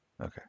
Okay